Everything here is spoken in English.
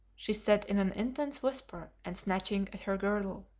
she said in an intense whisper, and snatching at her girdle.